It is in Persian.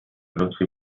لطفی